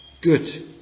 good